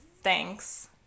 Thanks